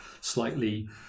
slightly